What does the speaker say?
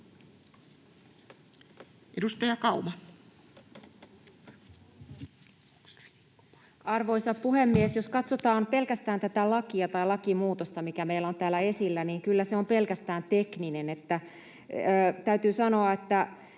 Edustaja Kauma. Arvoisa puhemies! Jos katsotaan pelkästään tätä lakia tai lakimuutosta, mikä meillä on täällä esillä, niin kyllä se on pelkästään tekninen. Täytyy sanoa, että